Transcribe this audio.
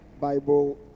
bible